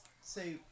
say